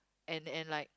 and and like